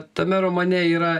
tame romane yra